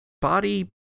body